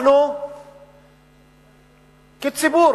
אנחנו כציבור